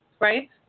Right